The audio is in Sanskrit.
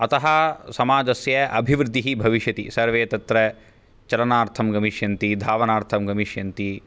अतः समाजस्य अभिवृद्धिः भविष्यति सर्वे तत्र चलनार्थं गमिष्यन्ति धावनार्थं गमिष्यन्ति